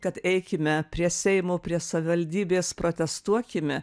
kad eikime prie seimo prie savivaldybės protestuokime